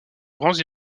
grands